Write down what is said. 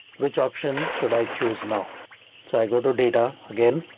which option should i choose now so i go to data again,